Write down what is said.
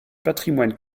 patrimoine